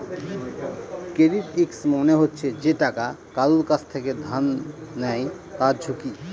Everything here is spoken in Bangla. ক্রেডিট রিস্ক মানে হচ্ছে যে টাকা কারুর কাছ থেকে ধার নেয় তার ঝুঁকি